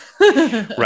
Right